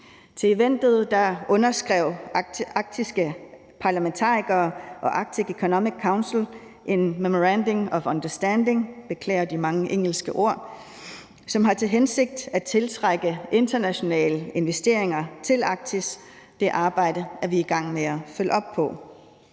Til eventet underskrev arktiske parlamentarikere og Arctic Economic Council a memorandum of understanding – jeg beklager de mange engelske ord – som har til hensigt at tiltrække internationale investeringer til Arktis. Det arbejde er vi i gang med at følge op på.